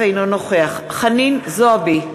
אינו נוכח חנין זועבי,